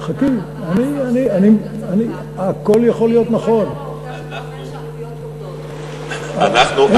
אין הצדקה ל-8 ו-10 שקלים,